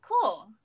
cool